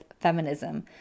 feminism